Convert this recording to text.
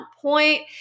point